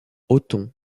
othon